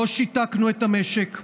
לא שיתקנו את המשק,